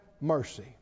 mercy